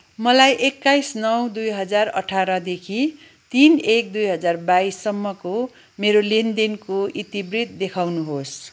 मलाई एक्काइस नौ दुई हजार अठारदेखि तिन एक दुई हजार बाइससम्मको मेरो लेनदेनको इतिवृत्त देखाउनुहोस्